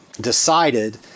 decided